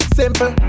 simple